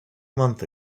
month